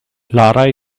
lara